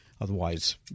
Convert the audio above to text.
Otherwise